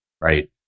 right